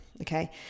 okay